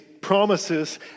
promises